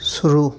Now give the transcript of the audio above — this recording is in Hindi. शुरू